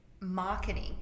marketing